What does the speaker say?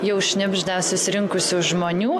jau šnibžda susirinkusių žmonių